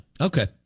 Okay